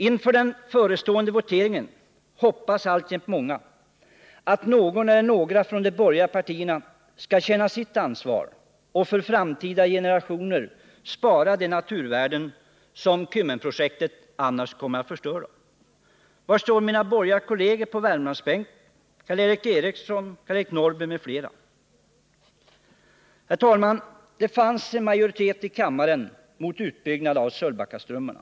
Inför den förestående voteringen hoppas alltjämt många att någon eller några från de borgerliga partierna skall känna sitt ansvar och för framtida generationer spara de naturvärden som Kymmenprojektet annars kommer att förstöra. Var står mina borgerliga kolleger på Värmlandsbänken: Karl Erik Eriksson, Karl-Eric Norrby m.fl.? Det fanns en majoritet i kammaren mot en utbyggnad av Sölvbackaströmmarna.